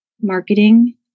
marketing